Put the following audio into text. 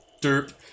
derp